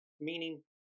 meaning